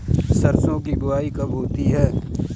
सरसों की बुआई कब होती है?